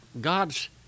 God's